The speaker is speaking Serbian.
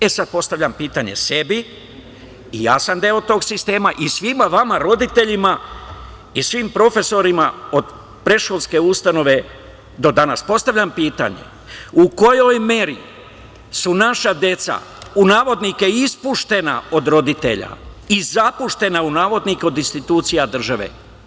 E, sad postavljam pitanje sebi, i ja sam deo tog sistema, i svima vama roditeljima i svim profesorima od predškolske ustanove do danas, postavljam pitanje – u kojoj meri su naša deca „ispuštena“ od roditelja i „zapuštena“ od institucija države?